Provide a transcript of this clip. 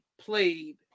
played